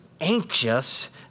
anxious